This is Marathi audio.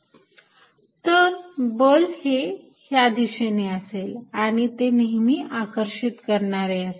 F1 Gm1m2r122r21 तर बल हे ह्या दिशेने असेल आणि ते नेहमी आकर्षित करणारे असेल